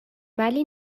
ولی